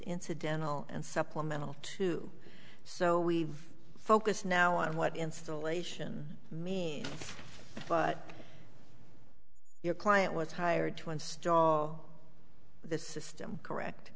incidental and supplemental too so we focus now on what installation but your client was hired to install the system correct